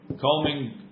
combing